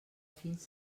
fins